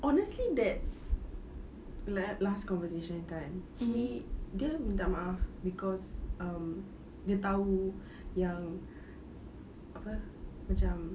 honestly that last conversation kan he dia minta maaf cause um dia tahu yang apa macam